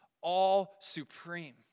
all-supreme